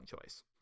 choice